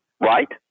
right